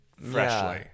freshly